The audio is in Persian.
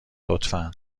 لطفا